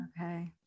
Okay